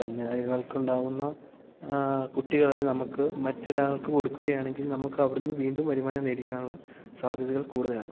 കന്നുകാലികൾക്കുണ്ടാകുന്ന കുട്ടികളെ നമുക്ക് മറ്റൊരാൾക്ക് കൊടുക്കുകയാണെങ്കിൽ നമുക്കവിടുന്ന് വീണ്ടും വരുമാനം നേടിക്കാനുള്ള സാധ്യതകൾ കൂടുതലാണ്